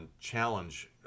Challenge